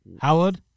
Howard